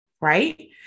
right